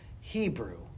Hebrew